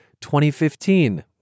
2015